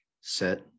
set